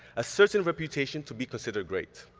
a certain reputation to be considered great.